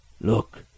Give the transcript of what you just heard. Look